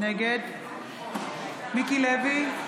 נגד מיקי לוי,